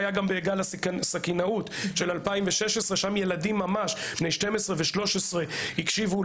ראינו את זה בגל הסכינאות של 2016 אז ילדים בני 12-13 הקשיבו